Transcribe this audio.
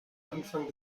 anfang